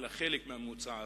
אלא לפחות חלק מהממוצע הזה,